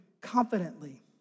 confidently